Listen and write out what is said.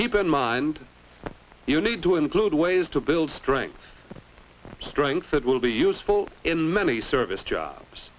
keep in mind you need to include ways to build strength strength that will be useful in many service jobs